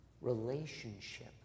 relationship